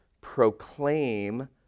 proclaim